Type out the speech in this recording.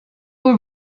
were